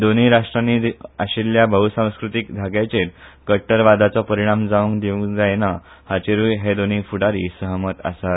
दोनूंय राष्ट्रानी आशिल्ल्या बहसांस्कृतीक धाग्याचेर कट्टर वादाचो परीणाम जावंक दिवंक जाय ना हाचेरूय हे दोनूंय फूडारी सहमत आसात